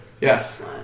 Yes